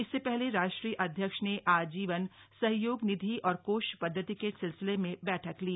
इससे पहले राष्ट्रीय अध्यक्ष ने आजीवन सहयोग निधि और कोष पदधति के सिलसिले में बैठक ली